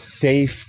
safe